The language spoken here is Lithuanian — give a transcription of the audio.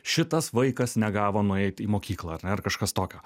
šitas vaikas negavo nueit į mokyklą ar ne ar kažkas tokio